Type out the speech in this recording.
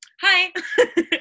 hi